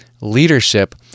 leadership